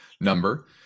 number